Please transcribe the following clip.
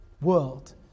world